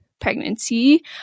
pregnancy